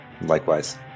Likewise